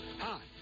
Hi